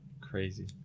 Crazy